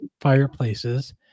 fireplaces